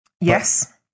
Yes